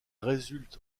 résulte